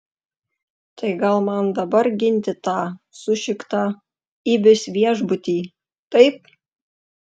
tai gal man dabar ginti tą sušiktą ibis viešbutį taip